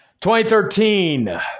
2013